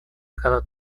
cada